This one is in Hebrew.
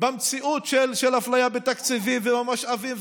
מציאות של אפליה בתקציבים ובמשאבים,